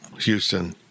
Houston